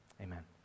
amen